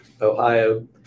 Ohio